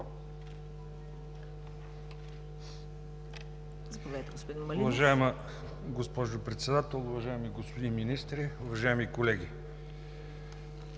Уважаема госпожо Председател, уважаеми господин министър, уважаеми колеги!